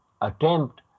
attempt